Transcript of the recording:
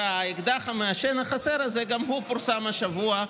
והאקדח המעשן החסר הזה גם הוא פורסם השבוע,